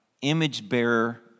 image-bearer